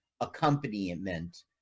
accompaniment